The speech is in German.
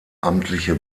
amtliche